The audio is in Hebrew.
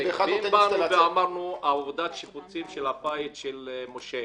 ואם אמרנו: עבודת השיפוצים של הבית של משה